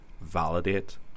validate